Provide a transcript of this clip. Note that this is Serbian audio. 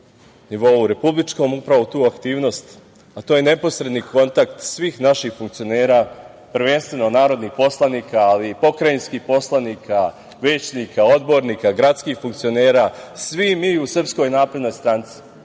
nivou republičkom upravo tu aktivnost, a to je neposredni kontakt svih naših funkcionera, prvenstveno narodnih poslanika, ali i pokrajinskih poslanika, većnika, odbornika, gradskih funkcionera, svi mi u SNS imamo potrebu,